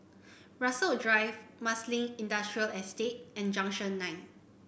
Rasok Drive Marsiling Industrial Estate and Junction Nine